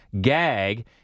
gag